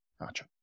Gotcha